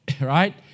right